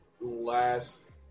last